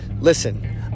listen